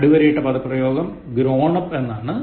അടിവരയിട്ട പദപ്രയോഗം grown up എന്നാണ്